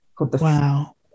Wow